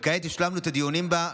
וכעת השלמנו את הדיונים בה,